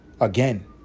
again